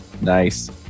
Nice